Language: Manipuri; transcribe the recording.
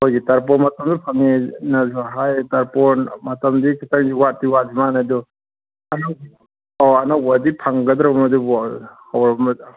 ꯑꯩꯈꯣꯏꯒꯤ ꯇꯔꯄꯣꯟ ꯃꯇꯝꯗ ꯐꯪꯉꯦꯅꯁꯨ ꯍꯥꯏ ꯇꯔꯄꯣꯟ ꯃꯇꯝꯗꯤ ꯈꯤꯇꯪꯗꯤ ꯋꯥꯠꯇꯤ ꯋꯥꯠꯂꯤ ꯃꯥꯜꯂꯦ ꯑꯗꯣ ꯑꯅꯧ ꯑꯣ ꯑꯅꯧꯕꯗꯤ ꯐꯪꯒꯗ꯭ꯔꯣ ꯃꯗꯨꯕꯣ ꯍꯧꯔꯝꯃꯗ꯭ꯔꯥ